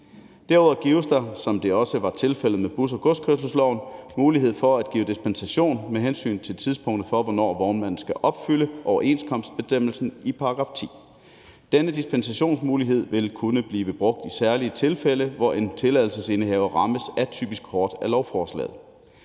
Derudover gives der, som det også var tilfældet med buskørselsloven og godskørselsloven, mulighed for at give dispensation med hensyn til tidspunktet for, hvornår vognmanden skal opfylde overenskomstbestemmelsen i § 10. Denne dispensationsmulighed vil kunne blive brugt i særlige tilfælde, hvor en tilladelsesindehaver rammes atypisk hårdt af lovforslaget.